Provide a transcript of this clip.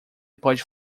pode